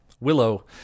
Willow